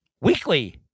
weekly